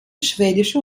schwedische